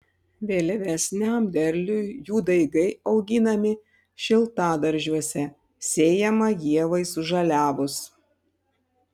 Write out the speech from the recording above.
vėlyvesniam derliui jų daigai auginami šiltadaržiuose sėjama ievai sužaliavus